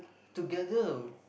together